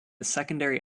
secondary